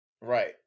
right